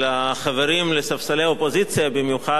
במיוחד חברים מספסלי סיעת קדימה.